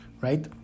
right